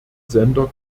sender